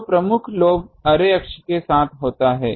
तो प्रमुख lobe array अक्ष के साथ होता है